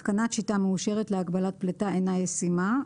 התקנת שיטה מאושרת להגבלת פליטה אינה ישימה,